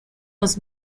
was